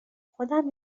خودم